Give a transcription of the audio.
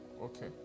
okay